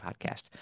Podcast